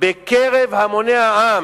בקרב המוני העם.